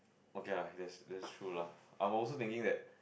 okay lah that's that's true lah I'm also thinking that